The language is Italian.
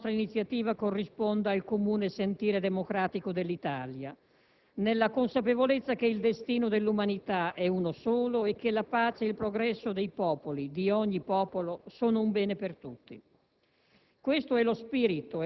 Siamo certi che la nostra iniziativa corrisponda al comune sentire democratico dell'Italia, nella consapevolezza che il destino dell'umanità è uno solo e che la pace e il progresso dei popoli, di ogni popolo sono un bene per tutti.